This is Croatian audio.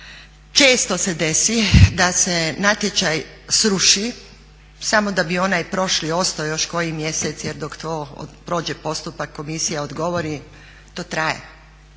Često se desi da se natječaj sruši samo da bi onaj prošli ostao još koji mjesec, jer dok to prođe postupak, komisija odgovori to traje.